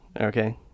okay